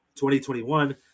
2021